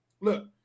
look